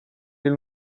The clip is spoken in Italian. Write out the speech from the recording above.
del